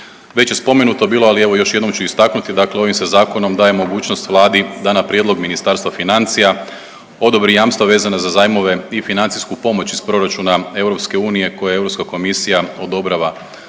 Već je spomenuto bilo, ali evo još jednom ću istaknuti, dakle ovim se zakonom daje mogućnost Vladi da na prijedlog Ministarstva financija odobri jamstva vezana za zajmove i financijsku pomoć iz proračuna EU koje je Europska komisija odobrava